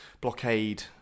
blockade